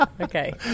Okay